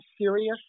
serious